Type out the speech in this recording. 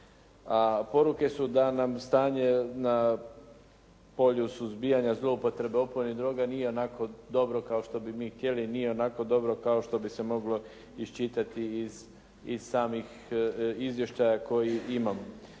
a poruke da nam stanje na polju suzbijanja zloupotrebe opojnih droga nije kao što bi mi htjeli, nije onako dobro kao što bi se moglo iščitati iz samih izvještaja koje imamo.